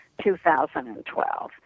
2012